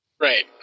Right